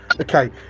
okay